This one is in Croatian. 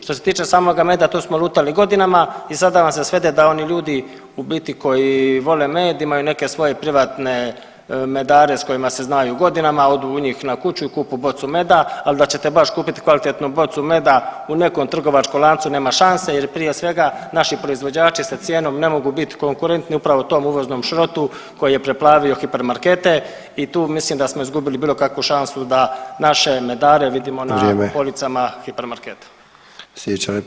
Što se tiče samoga meda tu smo lutali godinama i sada vam se svete da oni ljudi u biti koji vole med imaju neke svoje privatne medare s kojima se znaju godinama, odu u njih na kuću i kupe bocu meda, ali da ćete baš kupit kvalitetnu bocu meda u nekom trgovačkom lancu nema šanse jer prije svega naši proizvođači sa cijenom ne mogu biti konkurentni upravo tom uvoznom šrotu koji je preplavio hipermarkete i tu mislim da smo izgubili bilo kakvu šansu da naše medare [[Upadica: Vrijeme.]] vidimo na policama hipermarketa.